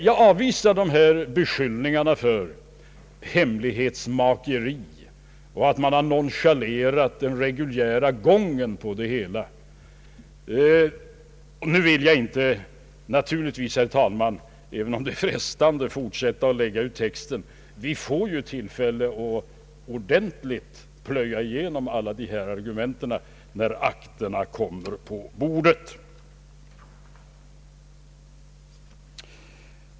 Jag avvisar beskyllningarna för hemlighetsmakeri och för att man har nonchalerat den reguljära gången på det hela. Jag vill inte, herr talman, även om det är frestande, fortsätta att lägga ut texten. Vi får ju tillfälle att ordentligt plöja igenom alla de här argumenten när akterna kommer på bordet.